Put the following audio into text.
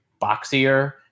boxier